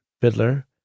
Fiddler